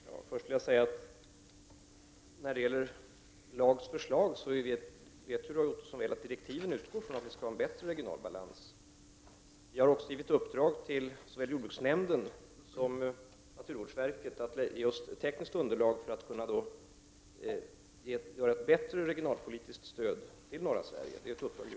Fru talman! Först vill jag säga att LAG:s förslag utgår från direktiven om att vi skall ha en bättre regional balans. Såväl jordbruksnämnden som naturvårdsverket har fått i uppdrag att ta fram tekniskt underlag för att ett bättre regionalpolitiskt stöd till norra Sverige skall kunna skapas.